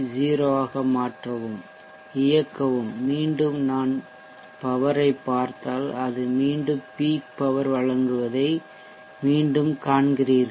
யை 0 ஆக மாற்றவும் இயக்கவும் மீண்டும் நான் பவர் ஐ பார்த்தால் அது மீண்டும் பீக் பவர் வழங்குவதை மீண்டும் காண்கிறீர்கள்